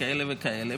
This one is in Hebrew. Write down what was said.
כאלה וכאלה,